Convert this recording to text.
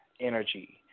energy